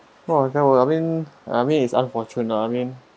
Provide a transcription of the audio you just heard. !wah! that was I mean I mean is unfortunate lah I mean